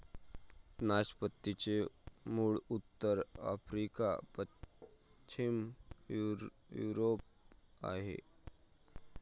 नाशपातीचे मूळ उत्तर आफ्रिका, पश्चिम युरोप आहे